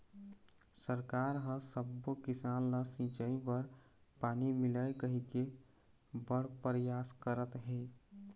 सरकार ह सब्बो किसान ल सिंचई बर पानी मिलय कहिके बड़ परयास करत हे